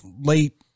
late